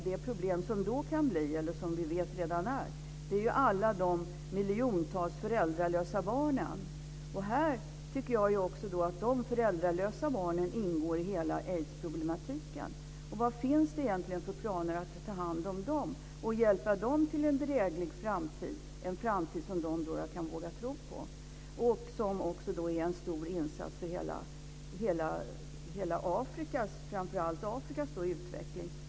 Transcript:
Vi vet redan att det i dag finns problem med alla de miljontals föräldralösa barnen. Jag tycker att de föräldralösa barnen ingår i hela aidsproblematiken. Vilka planer finns egentligen för att ta hand om dem och hjälpa dem till en dräglig framtid, en framtid som de kan våga tro på? Det vore en stor insats för framför allt hela Afrikas utveckling.